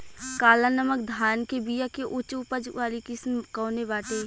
काला नमक धान के बिया के उच्च उपज वाली किस्म कौनो बाटे?